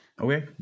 okay